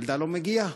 הילדה לא מגיעה.